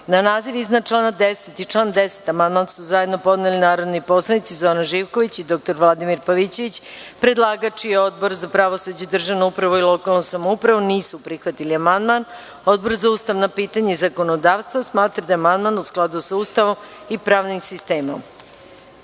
naziv iznad člana 10 i član 10. amandman su zajedno podneli narodni poslanici Zoran Živković i dr Vladimir Pavićević. Predlagač i Odbor za pravosuđe, državnu upravu i lokalnu samoupravu nisu prihvatili amandman. Odbor za ustavna pitanja i zakonodavstvo smatra da je amandman u skladu sa Ustavom i pravnim sistemom. Na